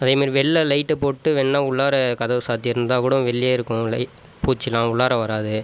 அதே மாதிரி வெளில லைட் போட்டு வேணும்னால் உள்ளார கதவு சார்த்திருந்தா கூட வெளிலயே இருக்கும் லைட் பூச்சியெலாம் உள்ளார வராது